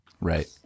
Right